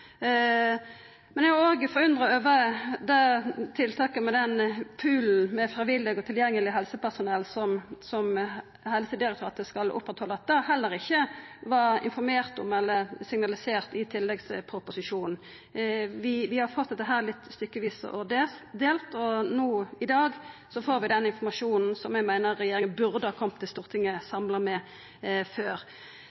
Eg er òg forundra over at tiltaket med ein pool av frivillige og tilgjengeleg helsepersonell som Helsedirektoratet skal oppretta, heller ikkje var informert om eller signalisert i tilleggsproposisjonen. Vi har fått dette litt stykkevis og delt, og no i dag får vi den informasjonen eg meiner regjeringa burde ha kome til Stortinget